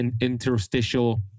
interstitial